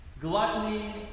gluttony